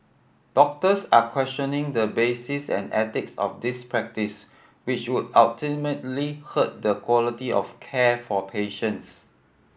doctors are questioning the basis and ethics of this practice which would ultimately hurt the quality of care for patients